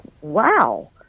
wow